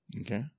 Okay